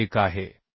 1 आहे